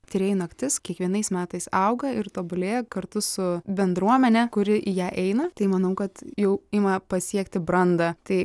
tyrėjų naktis kiekvienais metais auga ir tobulėja kartu su bendruomene kuri į ją eina tai manau kad jau ima pasiekti brandą tai